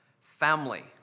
family